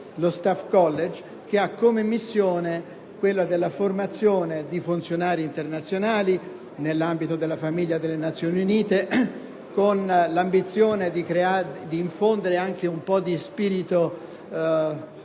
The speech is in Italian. lo Staff College*,* che ha come missione la formazione di funzionari internazionali nell'ambito della famiglia delle Nazioni Unite, anche con l'ambizione di infondere un po' di spirito